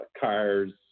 cars